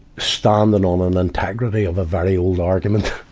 standing um on the integrity of a very old argument.